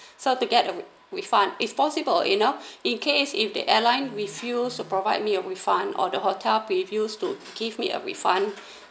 so I to get a refund if possible you know in case if the airline refuse to provide me the refund or the hotel refuse to give me a refund